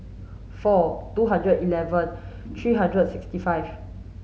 four two hundred eleven three hundred and sixty five